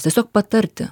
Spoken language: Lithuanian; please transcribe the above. tesiog patarti